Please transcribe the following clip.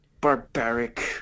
barbaric